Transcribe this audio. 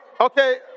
Okay